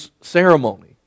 ceremony